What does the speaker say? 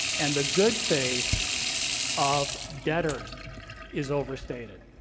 and the good faith of debtors is overstated.